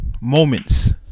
moments